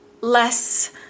less